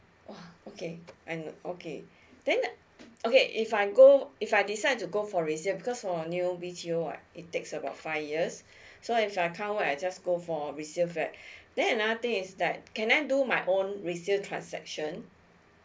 oh okay I'm okay then okay if I go if I decide to go for resale because a new B T O right it takes about five years so if I come I just go for resale flats right then another thing is like can I do my own resale transaction